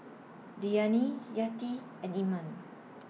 Diyana Yati and Iman